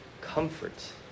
comfort